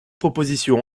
proposition